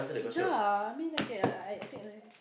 ya I mean okay I I take a line